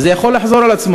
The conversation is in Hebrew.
וזה יכול לחזור על עצמו,